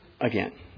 again